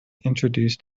introduced